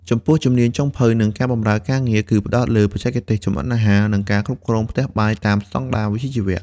ចំពោះ ជំនាញចុងភៅ និងការបម្រើអាហារ គឺផ្តោតលើបច្ចេកទេសចម្អិនអាហារ និងការគ្រប់គ្រងផ្ទះបាយតាមស្តង់ដារវិជ្ជាជីវៈ។